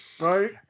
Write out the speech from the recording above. right